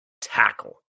tackle